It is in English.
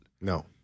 No